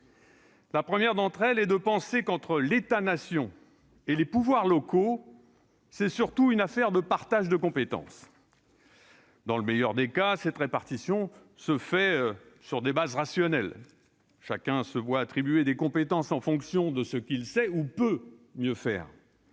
La première d'entre elles est de penser qu'entre l'État-nation et les pouvoirs locaux, c'est surtout une affaire de partage de compétences. Dans le meilleur des cas, cette répartition se fait sur des bases rationnelles : chacun se voit attribuer des compétences en fonction de ce qu'il sait ou peut mieux faire.